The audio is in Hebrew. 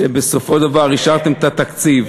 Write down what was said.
שבסופו של דבר אישרתם את התקציב.